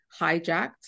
hijacked